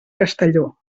castelló